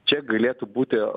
čia galėtų būti